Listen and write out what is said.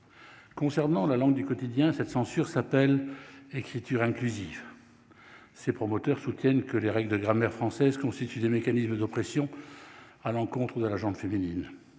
concernant la langue du quotidien cette censure s'appelle écriture inclusive, ses promoteurs soutiennent que les règles de grammaire française constituent des mécanismes d'oppression à l'encontre de la gente féminine,